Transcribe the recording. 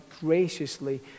graciously